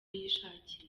yishakiye